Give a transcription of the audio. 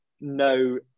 no